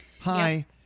hi